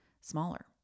smaller